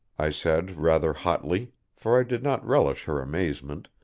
i said rather hotly, for i did not relish her amazement,